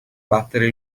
battere